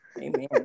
Amen